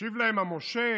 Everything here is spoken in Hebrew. השיב להם המושל: